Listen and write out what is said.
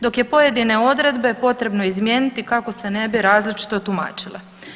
Dok je pojedine odredbe potrebno izmijeniti kako se ne bi različito tumačile.